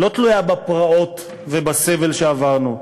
לא תלויה בפרעות ובסבל שעברנו,